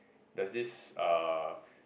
there's this uh